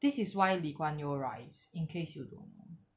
this is why lee kuan yew rise in case you don't know